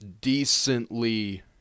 decently